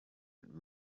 mit